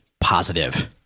positive